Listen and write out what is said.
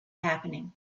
happening